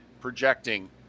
projecting